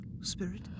Spirit